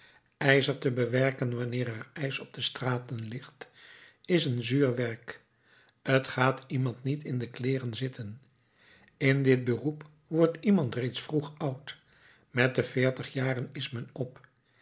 ijzer te bewerken wanneer er ijs op de straten ligt is een zuur werk t gaat iemand niet in de kleeren zitten in dit beroep wordt iemand reeds vroeg oud met de veertig jaren is men op